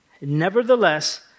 Nevertheless